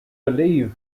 believe